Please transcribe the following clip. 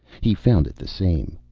he found it the same.